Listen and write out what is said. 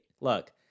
Look